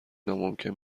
ناممکن